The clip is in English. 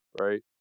right